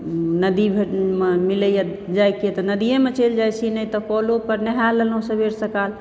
नदी मिलैया जाइ के तऽ नदिए मे चैल जाइ छी नहि तऽ कलो पर नहाय लेलहुॅं सबेर सकाल